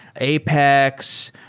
apex,